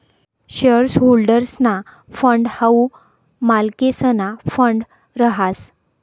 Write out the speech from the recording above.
share होल्डर्सना fund हाऊ मालकेसना फंड रहास